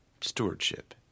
stewardship